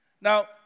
Now